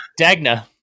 dagna